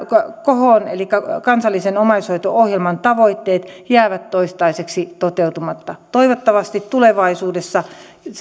kohon eli kansallisen omaishoito ohjelman tavoitteet jäävät toistaiseksi toteutumatta toivottavasti tulevaisuudessa